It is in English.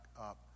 up